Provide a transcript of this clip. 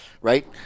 Right